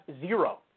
zero